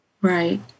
right